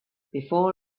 before